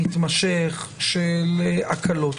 מתמשך של הקלות,